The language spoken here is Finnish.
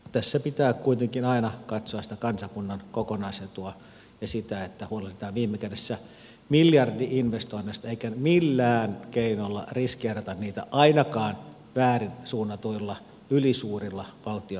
tässä pitää kuitenkin aina katsoa sitä kansakunnan kokonaisetua ja sitä että huolehditaan viime kädessä miljardi investoinneista eikä millään keinolla riskeerata niitä ainakaan väärin suunnatuilla ylisuurilla valtion tukiaisilla